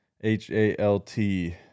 H-A-L-T